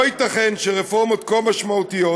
לא ייתכן שרפורמות כה משמעותיות,